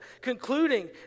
concluding